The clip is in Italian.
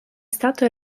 stato